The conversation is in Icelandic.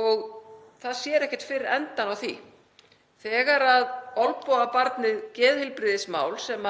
og það sér ekkert fyrir endann á því. Þegar olnbogabarnið geðheilbrigðismál, sem